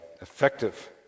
effective